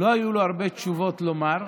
לא היו לו הרבה תשובות לומר.